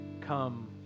come